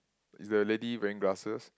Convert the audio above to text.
is the lady wearing glasses